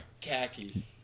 Khaki